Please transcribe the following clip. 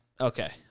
Okay